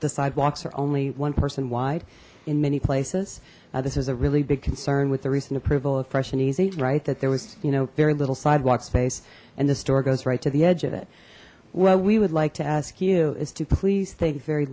the sidewalks are only one person wide in many places this is a really big concern with the recent approval of fresh and easy right that there was you know very little sidewalk space and the store goes right to the edge of it what we would like to ask you is to please think very